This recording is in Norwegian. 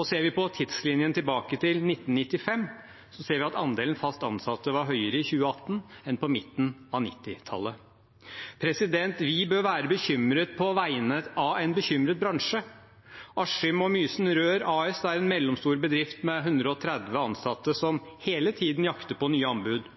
Og ser vi på tidslinjen tilbake til 1995, ser vi at andelen fast ansatte var høyere i 2018 enn på midten av 1990-tallet. Vi bør være bekymret på vegne av en bekymret bransje. Askim & Mysen Rør AS er en mellomstor bedrift med 130 ansatte som hele tiden jakter på nye anbud.